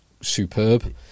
superb